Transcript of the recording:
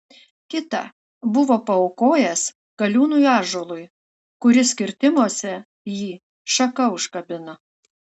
kitą buvo paaukojęs galiūnui ąžuolui kuris kirtimuose jį šaka užkabino